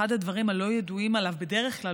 אחד הדברים שלא ידועים עליו בדרך כלל